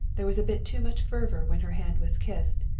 there was a bit too much fervor when her hand was kissed,